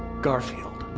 garfield.